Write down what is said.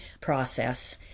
process